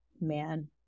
Man